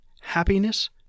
happiness